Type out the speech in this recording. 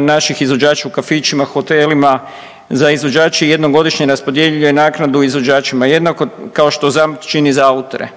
naših izvođača u kafićima, hotelima. Za izvođače jednom godišnje raspodjeljuje naknadu izvođačima jednako kao što zajamčeni za autore.